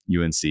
UNC